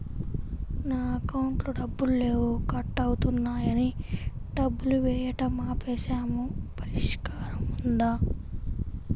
నా అకౌంట్లో డబ్బులు లేవు కట్ అవుతున్నాయని డబ్బులు వేయటం ఆపేసాము పరిష్కారం ఉందా?